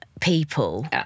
people